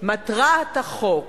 מטרת החוק,